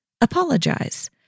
apologize